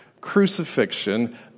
crucifixion